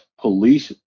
police